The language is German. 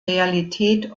realität